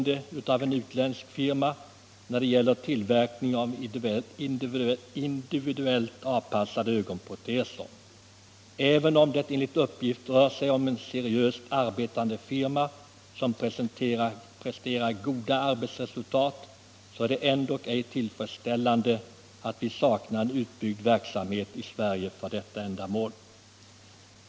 Den som är i behov av byte upplever den långa väntetiden som i allra högsta grad besvärande och psykiskt påfrestande.